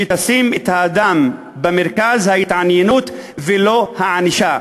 שתשים את האדם במרכז ההתעניינות ולא את הענישה.